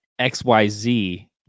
XYZ